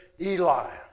Eli